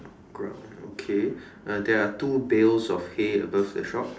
ground okay uh there are two bails of hay above the shop